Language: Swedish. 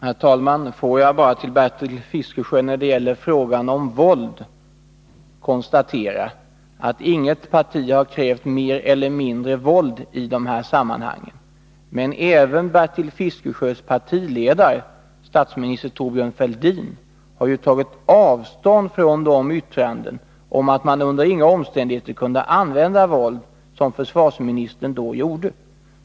Herr talman! När det gäller frågan om våld vill jag bara, Bertil Fiskesjö, konstatera att inget parti har krävt mera eller mindre våld i de här sammanhangen. Även Bertil Fiskesjös partiledare, statsminister Thorbjörn Fälldin, har tagit avstånd från yttranden av det slag som försvarsministern då fällde, nämligen att man under inga omständigheter kunde använda våld.